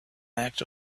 act